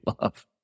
love